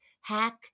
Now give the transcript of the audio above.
Hack